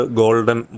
golden